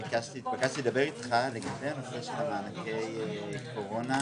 מוקד הגודש ייקבע על פי שלושה קריטריונים.